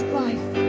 life